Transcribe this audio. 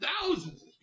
thousands